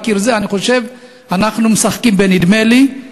אני חושב שאנחנו משחקים ב"נדמה לי".